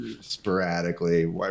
sporadically